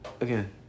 again